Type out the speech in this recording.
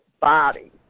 body